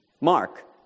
Mark